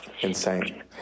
Insane